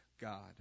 God